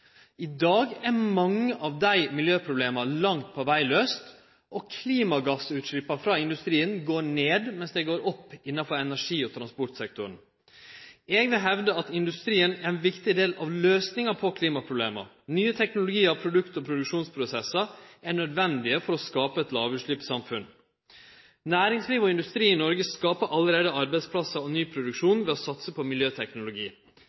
I dag er mange av desse miljøproblema langt på veg løyste. Klimagassutsleppa frå industrien går ned, mens dei går opp innanfor energi- og transportsektoren. Eg vil hevde at industrien er ein viktig del av løysinga på klimaproblema. Nye teknologiar og produkt- og produksjonsprosessar er nødvendig for å skape eit lågutsleppssamfunn. Næringslivet og industrien i Noreg skaper allereie arbeidsplassar og ny produksjon ved å satse på miljøteknologi.